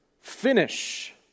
finish